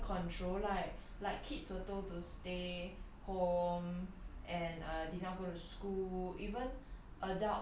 it was quite under control like like kids are told to stay home and uh didn't go to school even